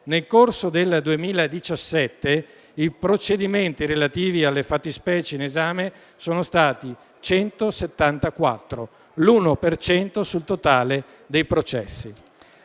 nel corso del 2017, i procedimenti relativi alle fattispecie in esame sono stati 174, l'1 per cento del totale dei processi.